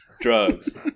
drugs